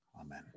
Amen